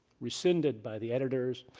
rescinded by the editors.